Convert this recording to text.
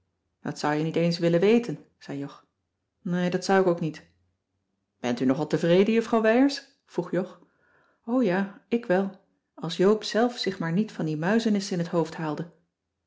dat zou je niet eens willen weten zei jog nee dat zou ik ook niet bent u nogal tevreden juffrouw wijers vroeg jog o ja ik wel als joop zelf zich maar niet van die muizenissen in het hoofd haalde